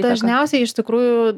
dažniausiai iš tikrųjų